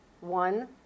one